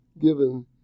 given